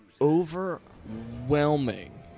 overwhelming